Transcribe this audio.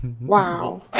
Wow